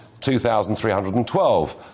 2,312